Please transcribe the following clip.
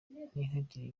ntihagire